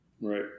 Right